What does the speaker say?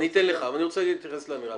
אני אתן לך, אבל אני רוצה להתייחס לאמירה שלך.